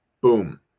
Boom